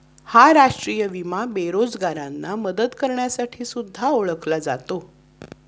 हा राष्ट्रीय विमा बेरोजगारांना मदत करण्यासाठी सुद्धा ओळखला जातो